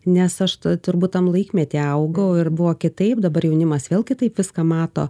nes aš turbūt tam laikmety augau ir buvo kitaip dabar jaunimas vėl kitaip viską mato